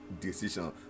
decision